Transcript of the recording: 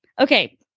Okay